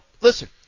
listen